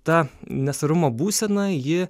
ta nesvarumo būsena ji